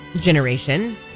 generation